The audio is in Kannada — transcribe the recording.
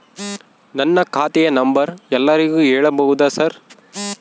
ನನ್ನ ಖಾತೆಯ ನಂಬರ್ ಎಲ್ಲರಿಗೂ ಹೇಳಬಹುದಾ ಸರ್?